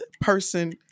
person